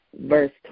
verse